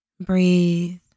Breathe